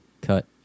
cut